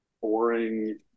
boring